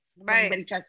right